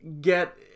get